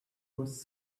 was